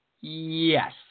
Yes